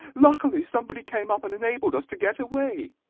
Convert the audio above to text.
luckily somebody came up and enabled us to get away.